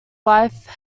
wife